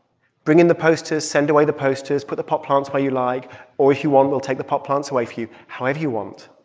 bring in the posters, send away the posters, put the pot plants where you like or if you want, we'll take the pot plants away for you, however you want.